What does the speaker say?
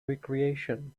recreation